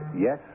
yes